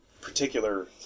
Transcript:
particular